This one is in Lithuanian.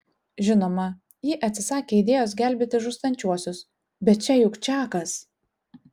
žinoma ji atsisakė idėjos gelbėti žūstančiuosius bet čia juk čakas